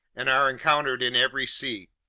and are encountered in every sea